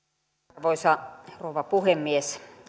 arvoisa rouva puhemies